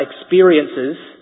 experiences